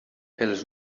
els